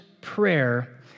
prayer